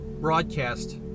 broadcast